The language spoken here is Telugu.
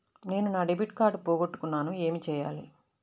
నేను నా డెబిట్ కార్డ్ పోగొట్టుకున్నాను ఏమి చేయాలి?